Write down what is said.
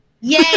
Yay